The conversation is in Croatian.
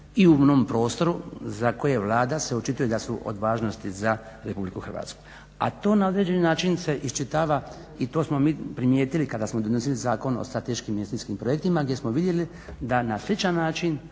i u onom prostoru za koje Vlada se očituje da su od važnosti za Republiku Hrvatsku, a to na određeni način se iščitava i to smo mi primijetili kada smo donosili Zakon o statičkim investicijskim projektima gdje smo vidjeli da na sličan način